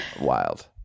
wild